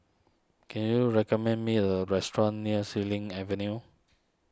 can you recommend me a restaurant near Xilin Avenue